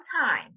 time